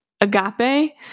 agape